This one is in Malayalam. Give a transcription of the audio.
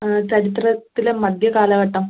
ആ ചരിത്രത്തിലെ മധ്യ കാലഘട്ടം